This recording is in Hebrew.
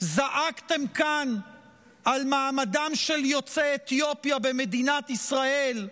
זעקתם כאן על מעמדם של יוצאי אתיופיה במדינת ישראל,